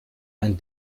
ein